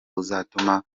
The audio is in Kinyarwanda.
buzatuma